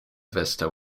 vista